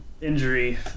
injury